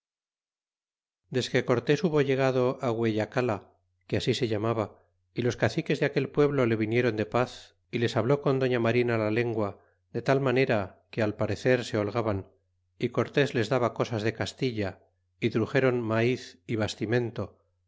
desque cortés hubo llegado gueyacala que así se llamaba y los caciques de aquel pueblo le vinieron de paz y les habló con doña marina la lengua de tal manera que al parecer se holgaban y cortés les daba cosas de castilla y truxéron maiz y bastimento